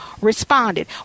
responded